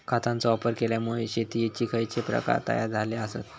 खतांचे वापर केल्यामुळे शेतीयेचे खैचे प्रकार तयार झाले आसत?